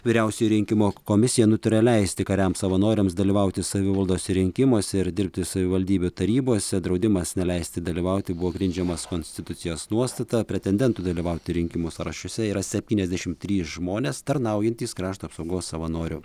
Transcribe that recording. vyriausioji rinkimų komisija nutarė leisti kariams savanoriams dalyvauti savivaldos rinkimuose ir dirbti savivaldybių tarybose draudimas neleisti dalyvauti buvo grindžiamas konstitucijos nuostata pretendentų dalyvauti rinkimų sąrašuose yra septyniasdešim trys žmonės tarnaujantys krašto apsaugos savanorių